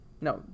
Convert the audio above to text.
No